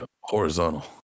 horizontal